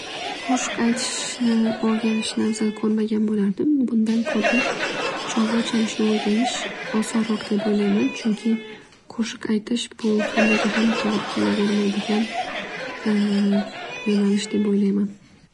Qo'shiq aytishni o'rganishni afzal ko'rmagan bo'lardim. Undan ko'ra cholg'u chalishni o'rganish osonroq deb o'ylayman. Chunki qo'shiq aytish bu hammaga ham tog'ri kelmaydigan yo'nalish deb o'ylamayman.